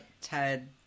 ted